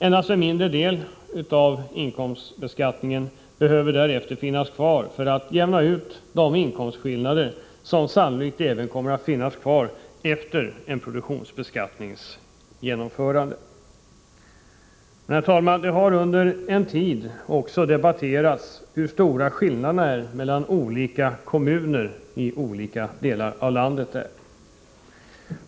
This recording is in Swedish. Endast en mindre del av inkomstbeskattningen behöver finnas kvar för att jämna ut de inkomstskillnader som sannolikt kommer att finnas efter en produktionsbeskattnings genomförande. Herr talman! Det har under en tid också debatterats hur stora skillnaderna är mellan olika kommuner i skilda delar av landet.